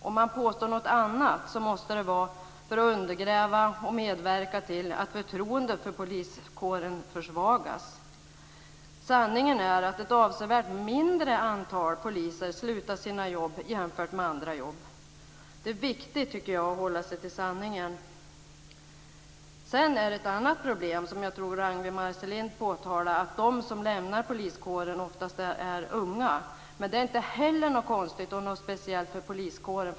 Om man påstår något annat måste det vara för att undergräva och medverka till att förtroendet för poliskåren försvagas. Sanningen är att avsevärt färre poliser slutar sina jobb jämfört med andra jobb. Det är viktigt att hålla sig till sanningen. Det finns ett annat problem som Rangwi Marcelind påtalade, nämligen att de som lämnar poliskåren ofta är unga. Det är inte heller konstigt eller speciellt för poliskåren.